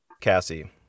Cassie